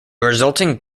resulting